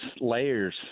layers